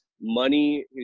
money